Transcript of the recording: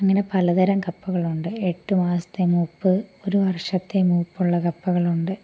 അങ്ങനെ പലതരം കപ്പകളുണ്ട് എട്ടു മാസത്തെ മൂപ്പ് ഒരു വർഷത്തെ മൂപ്പുള്ള കപ്പകളുണ്ട്